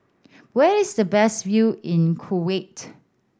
where is the best view in Kuwait